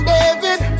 David